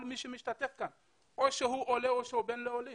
כל מי שמשתתף כאן, או שהוא עולה או שהוא בן לעולים